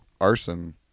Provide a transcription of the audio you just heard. arson